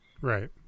Right